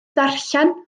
ddarllen